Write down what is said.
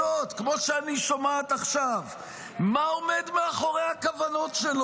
אז מה אתה מדבר על אחרים?